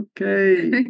Okay